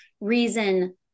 reason